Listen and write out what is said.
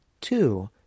two